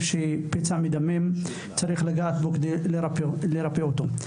שהיא פצע מדמם שצריך לגעת בו כדי לרפא אותו.